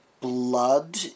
blood